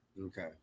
Okay